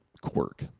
quirk